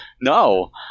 No